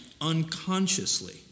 unconsciously